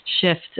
shift